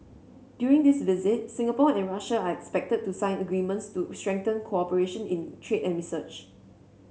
during this visit Singapore and Russia are expected to sign agreements to strengthen cooperation in trade and research